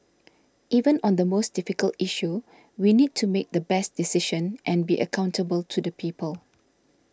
even on the most difficult issue we need to make the best decision and be accountable to the people